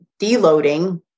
deloading